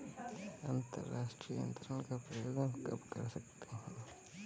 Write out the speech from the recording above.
अंतर्राष्ट्रीय अंतरण का प्रयोग हम कब कर सकते हैं?